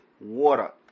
water